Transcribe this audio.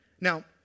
Now